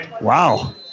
Wow